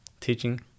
teaching